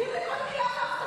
צודקת בכל מילה.